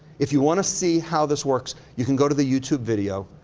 if you wanna see how this works, you can go to the youtube video.